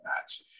match